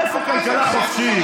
איפה כלכלה חופשית?